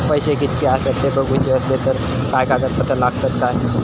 पैशे कीतके आसत ते बघुचे असले तर काय कागद पत्रा लागतात काय?